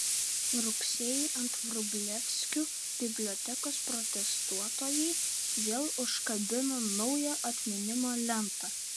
rugsėjį ant vrublevskių bibliotekos protestuotojai vėl užkabino naują atminimo lentą